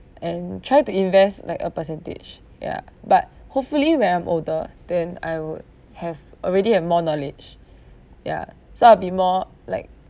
and try to invest like a percentage ya but hopefully when I'm older than I would have already have more knowledge ya so I'll be more like